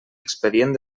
expedient